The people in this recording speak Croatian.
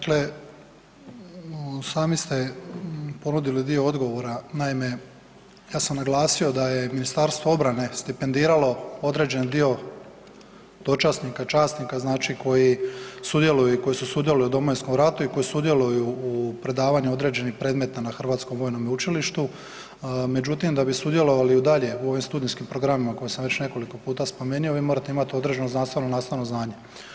Dakle, sami ste ponudili dio odgovora, naime ja sam naglasio da je Ministarstvo obrane stipendiralo određen dio dočasnika, časnika znači koji sudjeluju i koji su sudjelovali u Domovinskom ratu i koji sudjeluju u predavanju određenih predmeta na Hrvatskom vojnom učilištu, međutim da bi sudjelovali dalje u ovim studijskim programa koje sam već nekoliko puta spomenio vi morate imat određeno znanstveno-nastavno znanje.